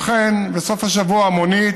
לכן, בסוף השבוע, מונית